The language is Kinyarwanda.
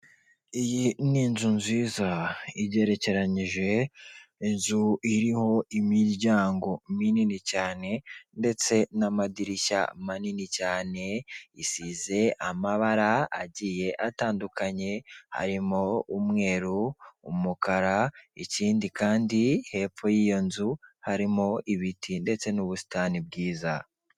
Iyi ni inzu nziza igerekeranyije inzu iriho imiryango minini cyane, ndetse n'amadirishya manini cyane, isize amabara agiye atandukanye harimo umweru umukara, ikindi kandi hepfo y'iyo nzu harimo ibiti ndetse n'ubusitani bwiza.